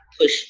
push